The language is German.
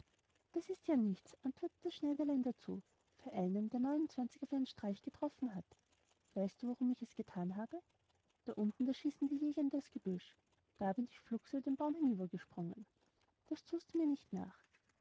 das ist ja nichts antwortete das schneiderlein dazu für einen der auf einen streich getroffen hat weißt du warum ich es gethan habe da unten da schießen die jäger in das gebüsch da bin ich flugs über den baum hinüber gesprungen das thust du mir nicht nach